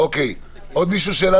עוד מישהו, שאלה